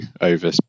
over